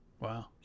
Wow